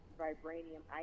vibranium